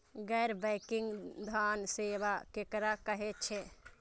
गैर बैंकिंग धान सेवा केकरा कहे छे?